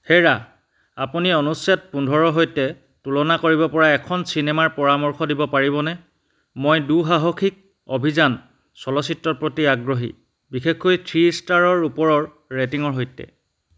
হেৰা আপুনি অনুচ্ছেদ পোন্ধৰ সৈতে তুলনা কৰিবপৰা এখন চিনেমাৰ পৰামৰ্শ দিব পাৰিবনে মই দুঃসাহসিক অভিযান চলচ্চিত্ৰৰ প্ৰতি আগ্ৰহী বিশেষকৈ তিনি ষ্টাৰৰ ওপৰৰ ৰেটিঙৰ সৈতে